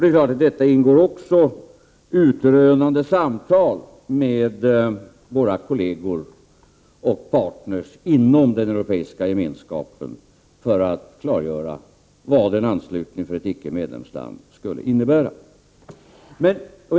Det är klart att i detta också ingår utrönande samtal med våra kolleger och partner inom den europeiska gemenskapen, för att klargöra vad en anslutning skulle innebära för ett icke-medlemsland.